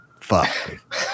Fuck